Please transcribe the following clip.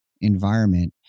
environment